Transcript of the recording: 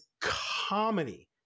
comedy